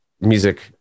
music